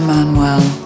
Manuel